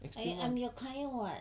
explain